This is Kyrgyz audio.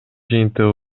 жыйынтыгы